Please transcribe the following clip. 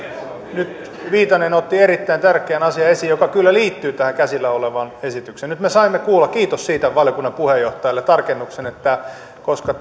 nyt viitanen otti erittäin tärkeän asian esiin joka kyllä liittyy tähän käsillä olevaan esitykseen nyt me saimme kuulla kiitos siitä valiokunnan puheenjohtajalle tarkennuksen koska